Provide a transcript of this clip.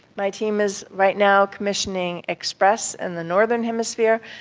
my team is right now commissioning expres in the northern hemisphere,